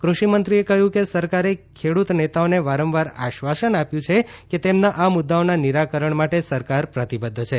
ક્રષિમંત્રીએ ક્હ્યું કે સરકારે ખેડ્રત નેતાઓને વારંવાર આશ્વાસન આપ્યું છે કે તેમનાં આ મુદ્દાઓનાં નિરાકરણ માટે સરકાર પ્રતિબધ્ધ છે